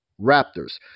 Raptors